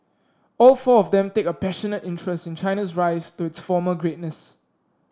all four of them take a passionate interest in China's rise to its former greatness